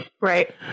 right